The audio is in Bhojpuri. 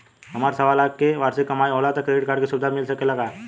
हमार सवालाख के वार्षिक कमाई होला त क्रेडिट कार्ड के सुविधा मिल सकेला का?